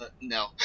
No